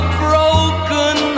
broken